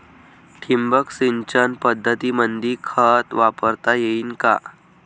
ठिबक सिंचन पद्धतीमंदी खत वापरता येईन का?